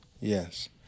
Yes